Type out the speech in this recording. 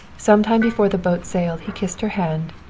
some time before the boat sailed he kissed her hand,